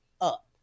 up